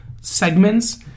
segments